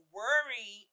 worry